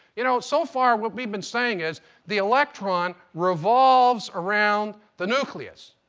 you know, so far what we've been saying is the electron revolves around the nucleus.